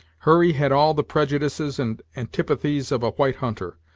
hurry had all the prejudices and antipathies of a white hunter,